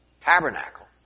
tabernacle